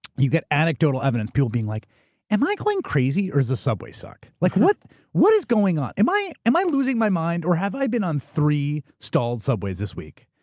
you get anecdotal evidence, people being like am i going crazy or does the subway suck? like what what is going on? am i am i losing my mind or have i been on three stalled subways this week?